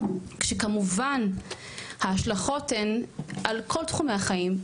כשכמובן ההשלכות הן על כל תחומי החיים,